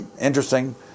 interesting